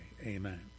Amen